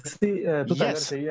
yes